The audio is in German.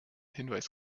hinweis